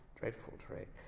dreadful trade!